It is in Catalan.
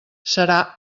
serà